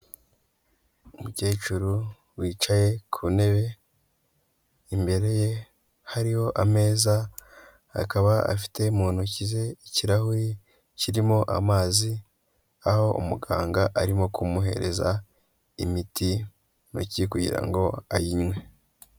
Umukecuru wicaye ku ntebe, imbere ye hariho ameza, akaba afite mu ntoki ze ikirahuri kirimo amazi aho umuganga arimo kumuhereza imiti mu ntoki kugira ngo ayinywe.